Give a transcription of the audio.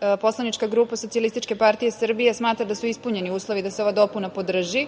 servisima. Poslanička grupa SPS smatra da su ispunjeni uslovi da se ova dopuna podrži.